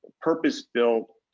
purpose-built